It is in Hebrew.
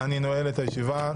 אני נועל את הישיבה.